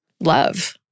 love